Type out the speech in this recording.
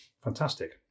fantastic